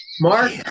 Mark